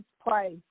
price